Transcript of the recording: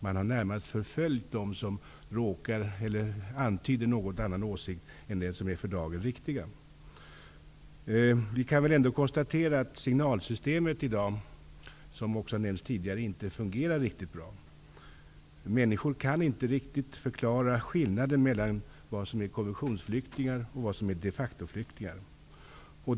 Man har närmast förföljt dem som antytt en annan åsikt än den som är den för dagen riktiga. Vi kan väl ändå konstatera att signalsystemet i dag inte fungerar riktigt bra. Människor kan inte riktigt förklara skillnaden mellan vad som är konventionsflyktingar och vad som är de factoflyktingar.